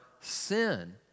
sin